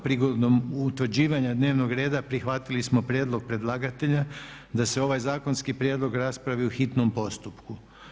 Prigodom utvrđivanja dnevnog reda prihvatili smo prijedlog predlagatelja da se ovaj zakonski prijedlog raspravi u hitnom postupku.